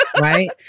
Right